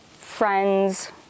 friends